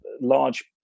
large